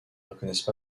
reconnaissent